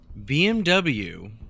BMW